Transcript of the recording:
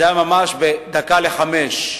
זה היה ממש בדקה לחמש,